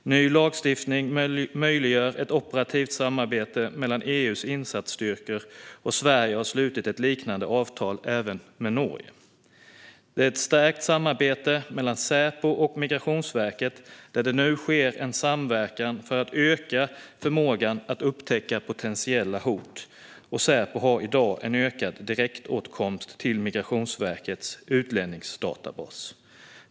Ny lagstiftning möjliggör ett operativt samarbete mellan EU:s insatsstyrkor, och Sverige har slutit ett liknande avtal även med Norge. Det finns ett stärkt samarbete mellan Säpo och Migrationsverket där det nu sker en samverkan för att öka förmågan att upptäcka potentiella hot. Säpo har i dag en ökad direktåtkomst till Migrationsverkets utlänningsdatabas.